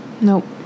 Nope